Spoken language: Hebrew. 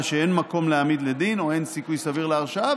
שאין מקום להעמיד לדין או שאין סיכוי סביר להרשעה,